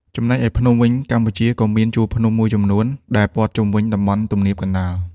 ចំណែកឯភ្នំវិញ កម្ពុជាក៏មានជួរភ្នំមួយចំនួនដែលព័ទ្ធជុំវិញតំបន់ទំនាបកណ្តាល។